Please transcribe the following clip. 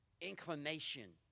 inclination